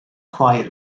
quite